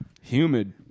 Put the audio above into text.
Humid